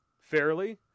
fairly